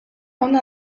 ona